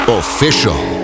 official